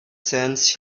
sensed